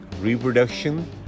reproduction